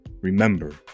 remember